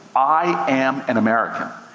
i am an american.